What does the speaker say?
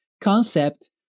concept